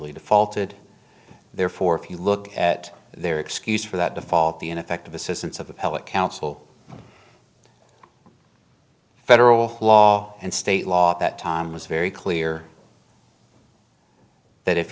defaulted therefore if you look at their excuse for that default the ineffective assistance of the public counsel federal law and state law at that time was very clear that if